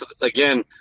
again